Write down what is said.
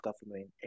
government